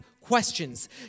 questions